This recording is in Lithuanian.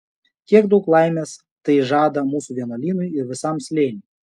kiek daug laimės tai žada mūsų vienuolynui ir visam slėniui